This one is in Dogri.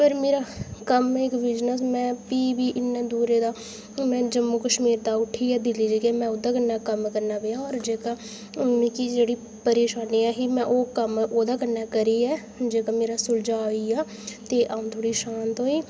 पर मेरा कम्म ऐ बिजनेस में प्ही बी इन्ने दूरै दा में जम्मू कश्मीर दा उट्ठियै दिल्ली ते में ओह्दे कन्नै कम्म करना पेआ जेह्दा ओह् मिगी जेह्ड़ी मिगी जेह्ड़ी परेशानी ऐही में ओह् कम्म ओह्दे कन्नै करियै जेह्का मेरा सुलझा होइया ते अं'ऊ थोह्ड़ी शांत होई